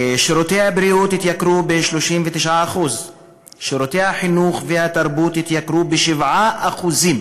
שירותי הבריאות התייקרו ב-39%; שירותי החינוך והתרבות התייקרו ב-7%.